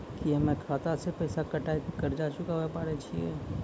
की हम्मय खाता से पैसा कटाई के कर्ज चुकाबै पारे छियै?